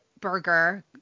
burger